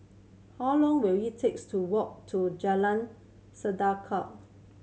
how long will it takes to walk to Jalan